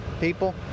people